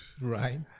Right